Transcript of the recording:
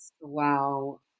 Wow